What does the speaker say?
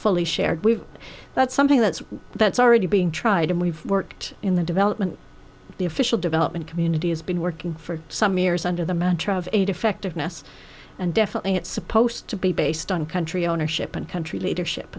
fully shared we've that's something that's that's already been tried and we've worked in the development the official development community has been working for some years under the mantra of aid effectiveness and definitely it's supposed to be based on country ownership and country leadership